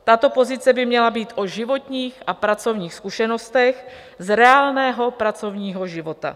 Tato pozice by měla být o životních a pracovních zkušenostech z reálného pracovního života.